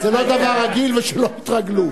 זה לא דבר רגיל, ושלא תתרגלו.